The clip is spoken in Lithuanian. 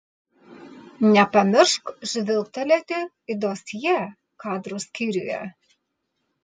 nepamiršk žvilgtelėti į dosjė kadrų skyriuje